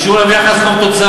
השאירו להם יחס חוב תוצר,